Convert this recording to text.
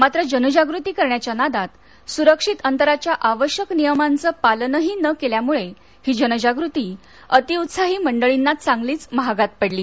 मात्र जनजागृती करण्याच्या नादात सुरक्षित अंतराच्या आवश्यक नियमांचं पालनही न केल्यामुळे ही जनजागृती अतिउत्साही मंडळींना चांगलीच महागात पडली